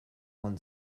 won